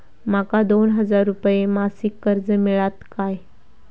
माका दोन हजार रुपये मासिक कर्ज मिळात काय?